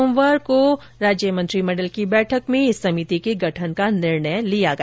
सोमवार को मंत्रिमंडल की बैठक में इस समिति के गठन का निर्णय लिया गया था